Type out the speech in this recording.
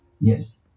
Yes